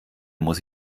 muss